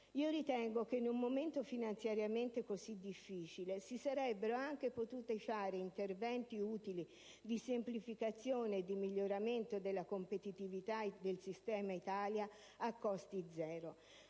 Ritengo che, in un momento finanziariamente così difficile, si sarebbero anche potuti fare interventi utili di semplificazione e di miglioramento della competitività del sistema Italia a costo zero,